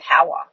power